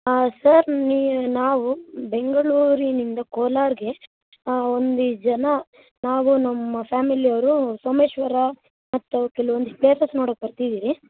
ಹಾಂ ಸರ್ ನೀವು ನಾವು ಬೆಂಗಳೂರಿನಿಂದ ಕೋಲಾರಿಗೆ ಒಂದು ಇಷ್ಟು ಜನ ನಾವು ನಮ್ಮ ಫ್ಯಾಮಿಲಿಯವರು ಸೋಮೇಶ್ವರ ಮತ್ತವು ಕೆಲವೊಂದಿಷ್ಟು ಪ್ಲೇಸಸ್ ನೋಡಕ್ಕೆ ಬರ್ತಿದ್ದೀವಿ